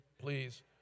please